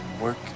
work